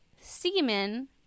semen